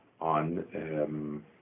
on